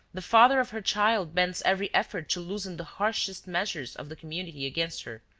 the father of her child bends every effort to loosen the harshest measures of the community against her,